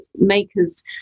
makers